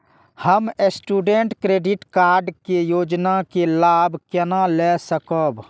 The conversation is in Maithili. हम स्टूडेंट क्रेडिट कार्ड के योजना के लाभ केना लय सकब?